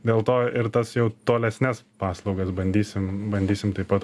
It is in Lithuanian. dėl to ir tas jau tolesnes paslaugas bandysim bandysim taip pat